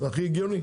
זה הכי הגיוני.